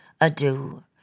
Adieu